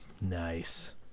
Nice